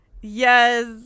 yes